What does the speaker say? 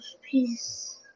peace